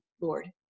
Lord